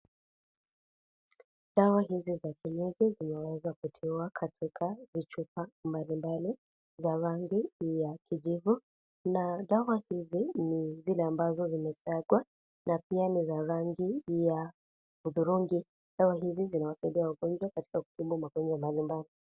Dawa hizi za kienyeji zimeweza kutiwa katika, vichupa mbali mbali, za rangi, ya kijivu, na dawa hizi, ni, zile ambazo zimesagwa, na pia ni za rangi ya udurungi, dawa hizi zimewasaidia wagonjwa katika kutibu magonjwa mbali mbali.